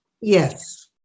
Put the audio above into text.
Yes